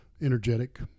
energetic